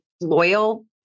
loyal